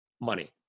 Money